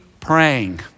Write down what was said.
praying